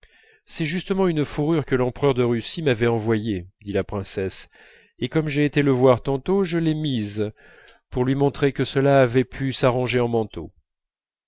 c'est justement une fourrure que l'empereur de russie m'avait envoyée dit la princesse et comme j'ai été le voir tantôt je l'ai mise pour lui montrer que cela avait pu s'arranger en manteau